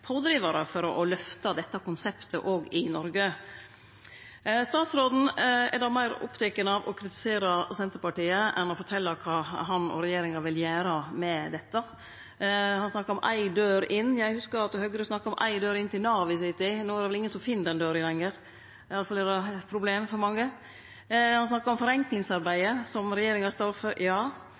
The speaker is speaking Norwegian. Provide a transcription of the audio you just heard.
pådrivarar for å lyfte dette konseptet òg i Noreg. Statsråden er meir oppteken av å kritisere Senterpartiet enn å fortelje kva han og regjeringa vil gjere med dette. Han snakka om ei dør inn. Ja, eg hugsar at Høgre snakka om ei dør inn til Nav i si tid. No er det vel ingen som finn den døra lenger, i alle fall er det eit problem for mange. Han snakka om forenklingsarbeidet som regjeringa står for.